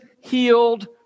healed